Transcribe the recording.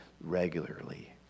regularly